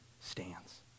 stands